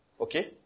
okay